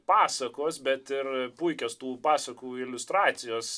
pasakos bet ir puikios tų pasakų iliustracijos